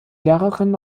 lehrerin